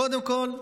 קודם כול,